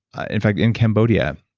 in fact, in cambodia,